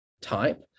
type